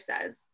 says